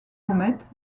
comètes